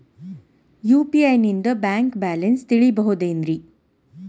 UPI ನಿಂದ bank balance ತಿಳಿಬಹುದೇನ್ರಿ?